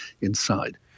inside